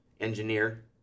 engineer